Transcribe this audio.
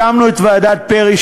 הקמנו את ועדת פרי,